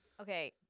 Okay